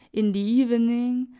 in the evening,